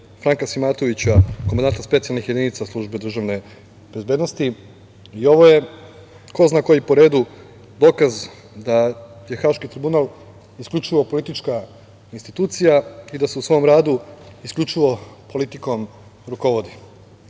Franka Simatovića, komandanta specijalnih jedinica Službe državne bezbednosti. Ovo je ko zna koji po redu dokaz da je Haški tribunal isključivo politička institucija i da se u svom radu isključivo rukovodi